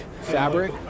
fabric